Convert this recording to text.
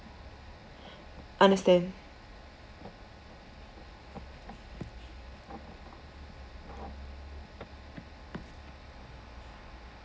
understand